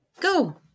Go